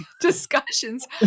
Discussions